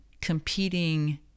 competing